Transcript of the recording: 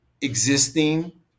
existing